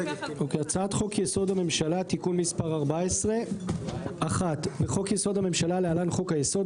הצעת חוק יסוד: הממשלה (תיקון מס' 14). 1. בחוק־יסוד: הממשלה (להלן חוק היסוד),